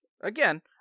again